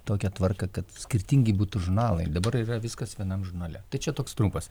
tokią tvarką kad skirtingi būtų žurnalai dabar yra viskas vienam žurnale tai čia toks trumpas